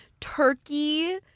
turkey